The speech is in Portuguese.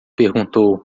perguntou